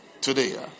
Today